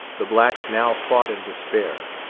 the blacks now fought in despair.